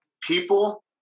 people